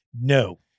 No